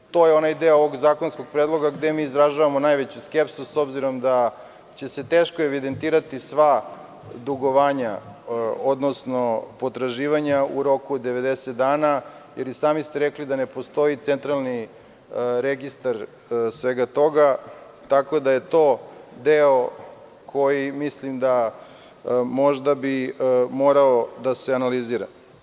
To je onaj deo ovog zakonskog predloga gde mi izražavamo najveću skepsu, s obzirom da će se teško evidentirati sva dugovanja, odnosno potraživanja u roku od 90 dana, jer i sami ste rekli da ne postoji centralni registar svega toga, tako da je to deo koji bi možda morao da se analizira.